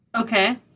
Okay